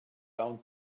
down